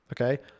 okay